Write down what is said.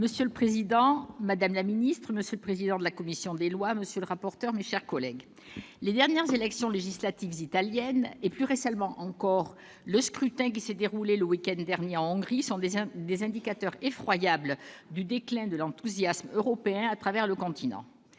Monsieur le président, madame la ministre, monsieur le président de la commission des lois, monsieur le rapporteur, mes chers collègues, les dernières élections législatives italiennes et, plus récemment encore, le scrutin qui s'est déroulé le week-end dernier en Hongrie sont des indicateurs effroyables du déclin de l'enthousiasme européen à travers le continent.